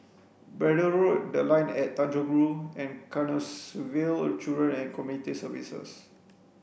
Braddell Road The Line at Tanjong Rhu and Canossaville Children and Community Services